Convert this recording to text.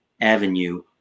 avenue